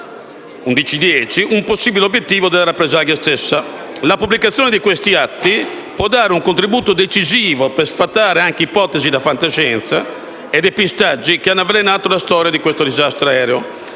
possibile obiettivo della rappresaglia stessa. La pubblicazione di questi atti può dare un contributo decisivo per sfatare anche ipotesi da fantascienza e depistaggi che hanno avvelenato la storia di questo disastro aereo.